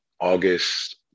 August